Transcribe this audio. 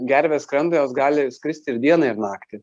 gervės skrenda jos gali skristi ir dieną ir naktį